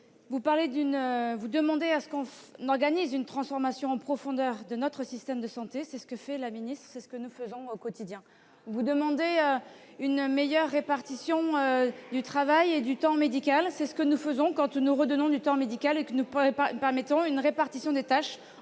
nous demandez d'organiser une transformation en profondeur de notre système de santé ; c'est ce que fait Mme la ministre ; c'est ce que nous faisons au quotidien. Vous nous demandez de mettre en oeuvre une meilleure répartition du travail et du temps médical ; c'est ce que nous faisons en redonnant du temps médical et en permettant une répartition des tâches